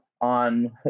On